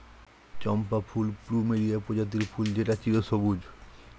চম্পা ফুল প্লুমেরিয়া প্রজাতির ফুল যেটা চিরসবুজ